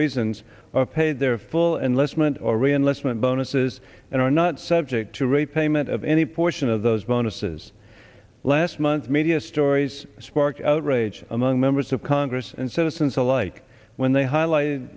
reasons are paid their full enlistment or reenlistment bonuses and are not subject to repayment of any portion of those bonuses last month media stories sparked outrage among members of congress and citizens alike when they highlight